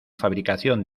fabricación